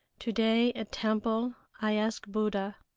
to-day at temple i ask buddha.